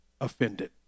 offended